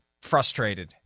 frustrated